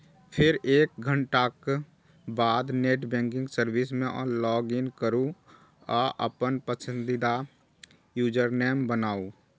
फेर एक घंटाक बाद नेट बैंकिंग सर्विस मे लॉगइन करू आ अपन पसंदीदा यूजरनेम बनाउ